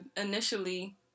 initially